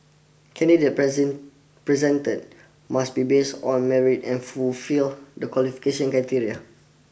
candidate present presented must be based on merit and fulfil the qualification criteria